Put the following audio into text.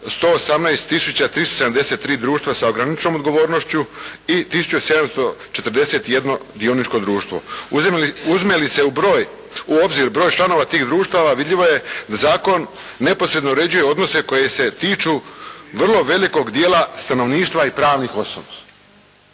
373 društva sa ograničenom odgovornošću i tisuću 741 dioničko društvo. Uzme li se u obzir broj članova tih društava, vidljivo je da zakon neposredno uređuje odnose koji se tiču vrlo velikog dijela stanovništva i pravnih osoba.